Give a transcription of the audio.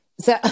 So-